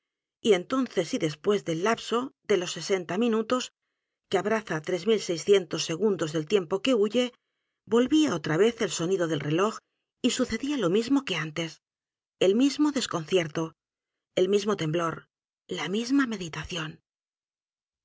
y entonces y después del lapso de los sesenta minutos f que abraza tres mil seiscientos segundos del tiempo que huye volvía otra vez el sonido del reloj y sucedía lo mismo que antes el mismo desconcierto el mismo temblor la misma meditación